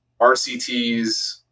RCTs